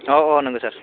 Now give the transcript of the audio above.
औ औ नोंगो सार